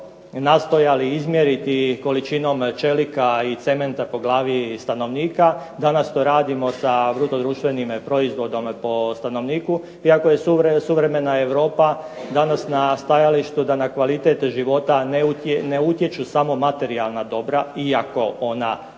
nastojali izmjeriti količinom čelika i cementa po glavi stanovnika, danas to radimo sa bruto društvenim proizvodom po stanovniku iako je suvremena Europa danas na stajalištu da na kvalitet života ne utječu samo materijalna dobra iako ona zasigurno